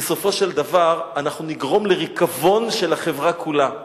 בסופו של דבר אנחנו נגרום לריקבון של החברה כולה.